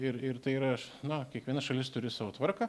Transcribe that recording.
ir ir tai yra na kiekviena šalis turi savo tvarką